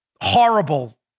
horrible